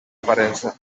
aparença